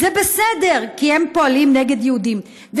זה בסדר, כי הם פועלים נגד יהודים.